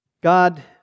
God